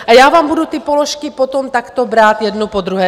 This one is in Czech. A já vám budu ty položky potom takto brát jednu po druhé.